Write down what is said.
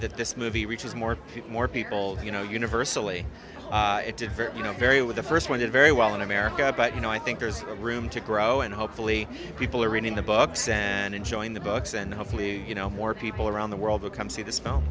that this movie reaches more and more people you know universally it did for you know very with the first one did very well in america but you know i think there's room to grow and hopefully people are reading the books and enjoying the books and hopefully you know more people around the world will come see th